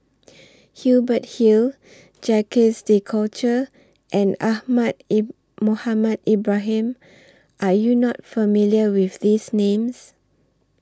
Hubert Hill Jacques De Coutre and Ahmad Mohamed Ibrahim Are YOU not familiar with These Names